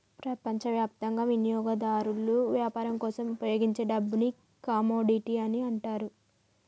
ప్రపంచవ్యాప్తంగా వినియోగదారులు వ్యాపారం కోసం ఉపయోగించే డబ్బుని కమోడిటీ మనీ అంటారు